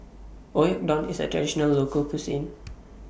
Oyakodon IS A Traditional Local Cuisine